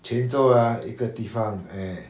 quanzhou ah 一个地方 eh